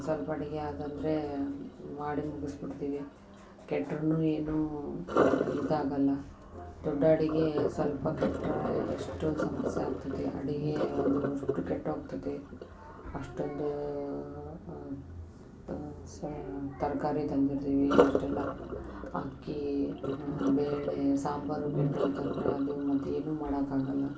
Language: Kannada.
ಸೊಲ್ಪ ಅಡಿಗೆ ಆದ್ರ ಅಂದರೆ ಮಾಡಿ ಮುಗಿಸ್ಬಿಡ್ತಿವಿ ಕೆಟ್ಟರೂನು ಏನೂ ಇದಾಗಲ್ಲ ದೊಡ್ಡ ಅಡಿಗೆ ಸ್ವಲ್ಪ ಕೆಟ್ಟರೆ ಎಷ್ಟು ಸಮಸ್ಯೆ ಆಗ್ತದೆ ಅಡಿಗೆ ಅದು ಅಷ್ಟು ಕೆಟ್ಟು ಹೋಗ್ತದೆ ಅಷ್ಟು ಒಂದು ದ್ ಸಾ ತರಕಾರಿ ತಂದಿದೀವಿ ಅಷ್ಟೆಲ್ಲ ಅಕ್ಕಿ ಬೇಳೇ ಸಾಂಬಾರು ಕೆಟ್ಟು ಹೋಯ್ತ್ ಅಂದರೆ ಅದು ಮತ್ತೆ ಏನು ಮಾಡಕೆ ಆಗಲ್ಲ